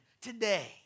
today